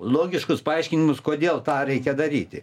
logiškus paaiškinimus kodėl tą reikia daryti